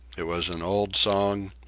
it was an old song,